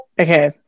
okay